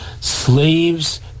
slaves